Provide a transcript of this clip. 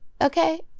okay